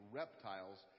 reptiles